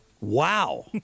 Wow